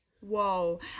Whoa